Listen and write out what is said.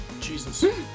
Jesus